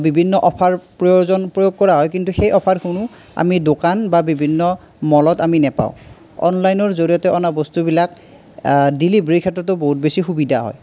বিভিন্ন অফাৰ প্ৰয়োজন প্ৰয়োগ কৰা হয় কিন্তু সেই অফাৰসমূহ আমি দোকান বা বিভিন্ন মলত আমি নাপাওঁ অনলাইনৰ জৰিয়তে অনা বস্তুবিলাক ডেলিভাৰীৰ ক্ষেত্ৰতো বহুত বেছি সুবিধা হয়